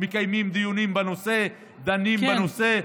מקיימים דיונים בנושא, דנים בנושא.